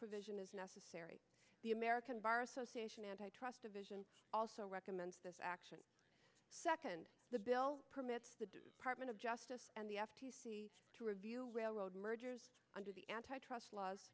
provision is necessary the american bar association antitrust division also recommends this action second the bill permits the apartment of justice and the f t c to review railroad mergers under the antitrust laws